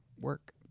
work